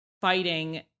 fighting